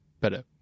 better